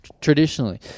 Traditionally